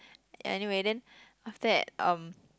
ya anyway then after that um